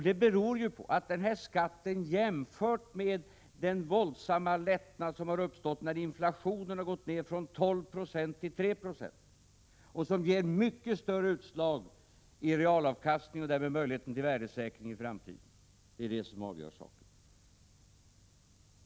Det beror ju på att den här skatten är obetydlig jämfört med den våldsamma lättnad som har uppstått när inflationen har gått ned från 12 96 till 3 26, vilket ger mycket större utslag i realavkastning och därmed möjligheten till värdesäkring i framtiden. Det är det som avgör saken.